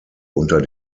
unter